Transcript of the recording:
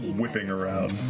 whipping around.